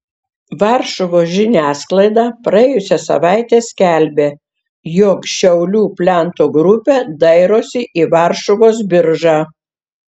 varšuvos žiniasklaida praėjusią savaitę skelbė jog šiaulių plento grupė dairosi į varšuvos biržą